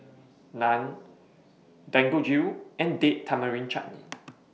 Naan Dangojiru and Date Tamarind Chutney